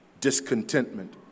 discontentment